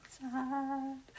sad